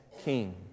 king